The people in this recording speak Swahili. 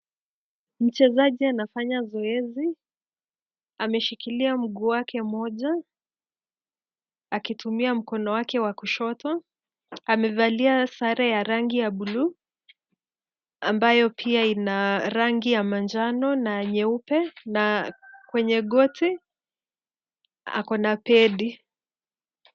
Mchezaji anafanya zoezi. Ameshikilia mguu wake moja, akitumia mkono wake wa kushoto. Amevalia sare ya rangi ya bluu, ambayo pia ina rangi ya manjano na nyeupe na kwenye, goti ako na pedi.